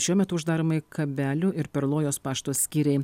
šiuo metu uždaromai kabelių ir perlojos pašto skyriai